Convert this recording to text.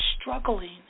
struggling